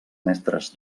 mestres